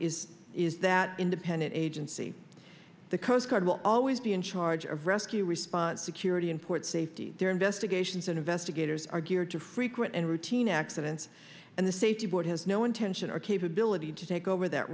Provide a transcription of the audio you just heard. is is that independent agency the coast guard will always be in charge of rescue response to curate and port safety their investigations and investigators are geared to frequent and routine accidents and the safety board has no intention or capability to take over that